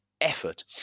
effort